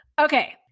Okay